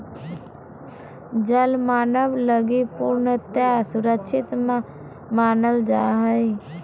जल मानव लगी पूर्णतया सुरक्षित मानल जा हइ